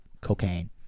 cocaine